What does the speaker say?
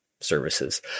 services